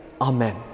amen